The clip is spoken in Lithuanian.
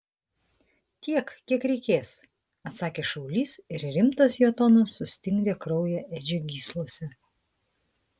tiek kiek reikės atsakė šaulys ir rimtas jo tonas sustingdė kraują edžio gyslose